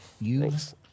Use